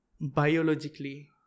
Biologically